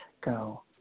go